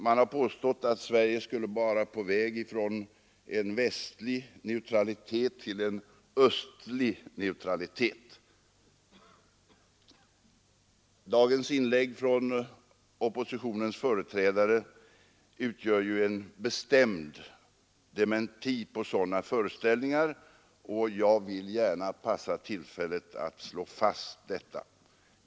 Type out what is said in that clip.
Man har påstått att Sverige skulle vara på väg från en västlig neutralitet till en östlig neutralitet. Dagens inlägg från oppositionens företrädare utgör ju en bestämd dementi på sådana föreställningar, och jag vill gärna begagna tillfället att slå fast detta.